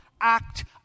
act